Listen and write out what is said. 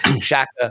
Shaka